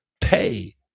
pay